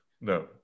No